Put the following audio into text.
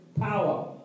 Power